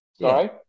Sorry